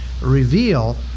reveal